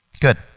Good